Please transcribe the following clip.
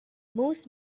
most